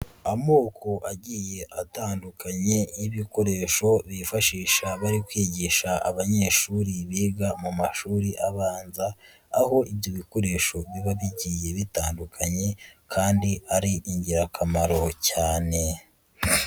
Amoko agiye atandukanye y'ibikoresho bifashisha bari kwigisha abanyeshuri biga mu mashuri abanza, aho ibyo bikoresho biba bigiye bitandukanye kandi ari ingirakamaro cyane.